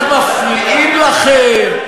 רק מפריעים לכם,